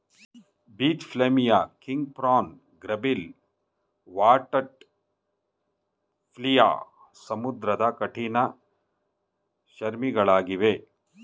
beach flea, king prawn, gribble, water flea ಸಮುದ್ರದ ಕಠಿಣ ಚರ್ಮಿಗಳಗಿವೆ